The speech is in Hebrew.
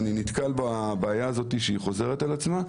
אני נתקל בבעיה הזאת, שחוזרת על עצמה.